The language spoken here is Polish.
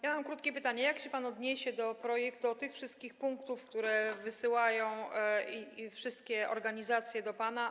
Ja mam krótkie pytanie: Jak się pan odniesie do projektu, do tych wszystkich punktów, które wysyłają wszystkie organizacje do pana?